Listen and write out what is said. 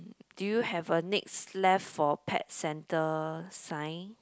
do you have a next left for pet centre sign